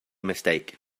mistake